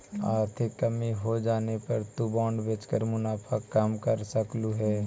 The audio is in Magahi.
आर्थिक कमी होजाने पर तु बॉन्ड बेचकर मुनाफा कम कर सकलु हे